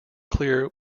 clear